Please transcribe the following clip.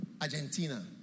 Argentina